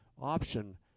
option